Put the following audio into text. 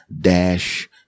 dash